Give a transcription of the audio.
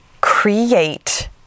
create